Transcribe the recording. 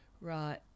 Right